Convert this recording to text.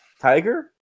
tiger